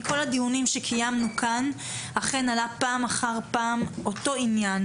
מכל הדיונים שקיימנו כאן אכן עלה פעם אחר פעם אותו עניין